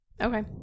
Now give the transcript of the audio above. okay